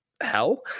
hell